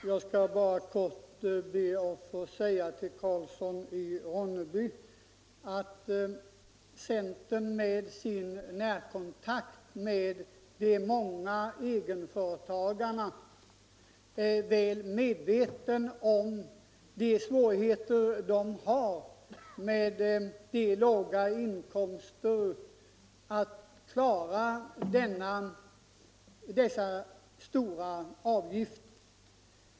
Jag skall bara kort be att få säga till herr Karlsson i Ronneby att centern med sin närkontakt med de många egenföretagarna är väl medveten om de svårigheter dessa har att med sina låga inkomster klara dessa stora avgifter.